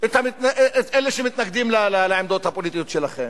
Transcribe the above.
את אלה שמתנגדים לעמדות הפוליטיות שלכם?